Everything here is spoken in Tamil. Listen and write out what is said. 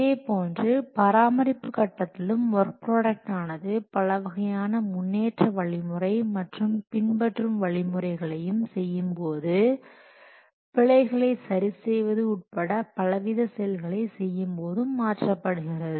இதேபோன்று பராமரிப்பு கட்டத்திலும் ஒர்க் ப்ராடக்ட் ஆனது பலவகையான முன்னேற்ற வழிமுறை மற்றும் பின்பற்றும் முறைகளையும் செய்யும்போது பிழைகளை சரி செய்வது உட்பட பலவித செயல்களை செய்யும்போது மாற்றப்படுகிறது